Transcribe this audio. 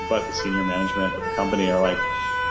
but the senior management of the company are like